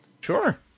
Sure